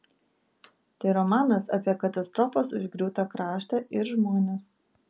tai romanas apie katastrofos užgriūtą kraštą ir žmones